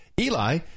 Eli